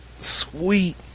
sweet